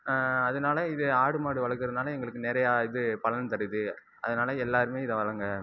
அதனால இது ஆடு மாடு வளக்கறதுனால எங்களுக்கு நிறையா இது பலன் தருது அதனால எல்லோருமே இதை வளருங்க